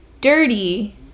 dirty